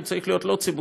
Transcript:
לא צריך להיות ציבורי,